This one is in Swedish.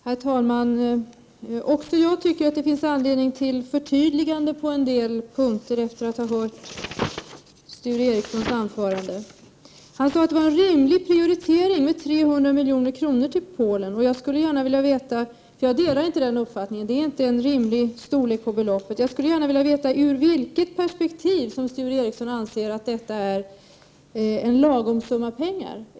Herr talman! Också jag tycker, efter att ha hört Sture Ericsons anförande, att det finns anledning till förtydligande på en del punkter. Han sade att det var en rimlig prioritering att ge 300 milj.kr. till Polen. Jag delar inte den uppfattningen. Det är inte en rimlig storlek på beloppet. Jag skulle gärna vilja veta ur vilket perspektiv Sture Ericson anser att detta är en lagom summa pengar.